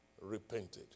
repented